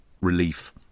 relief